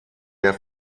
der